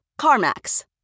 CarMax